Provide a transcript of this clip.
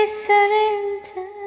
surrender